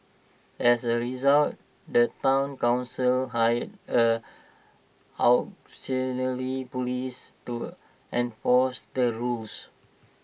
as A result the Town Council hired A auxiliary Police to enforce the rules